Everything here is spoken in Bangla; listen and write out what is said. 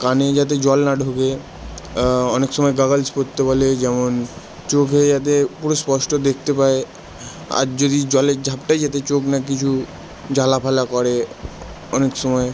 কানে যাতে জল না ঢোকে অনেক সময় গগলস পরতে বলে যেমন চোখে যাতে পুরো স্পষ্ট দেখতে পায় আর যদি জলের ঝাপটায় যাতে চোখ না কিছু জ্বালা ফালা করে অনেক সময়